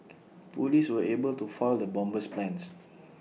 Police were able to foil the bomber's plans